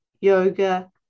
yoga